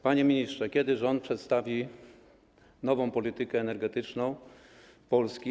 Panie ministrze, kiedy rząd przedstawi nową politykę energetyczną Polski?